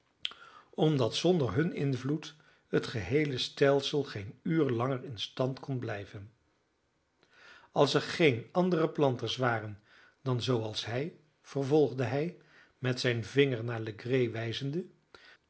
omdat zonder hun invloed het geheele stelsel geen uur langer in stand kon blijven als er geene andere planters waren dan zooals hij vervolgde hij met zijnen vinger naar legree wijzende